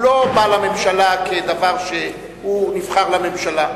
הוא לא בא לממשלה כדבר שהוא נבחר לממשלה.